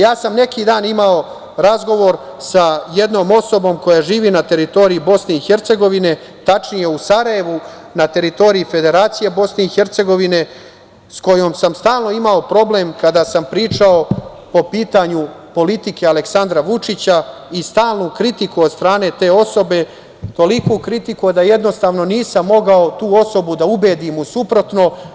Ja sam pre neki dan imao razgovor sa jednom osobom koja živi na teritoriji Bosne i Hercegovine, tačnije u Sarajevu, na teritoriji Federacije BiH, sa kojom sam stalno imao problem kada sam pričao po pitanju politike Aleksandra Vučića i stalnu kritiku od strane te osobe, toliku kritiku da jednostavno nisam mogao tu osobu da ubedim u suprotno.